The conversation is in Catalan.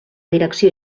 direcció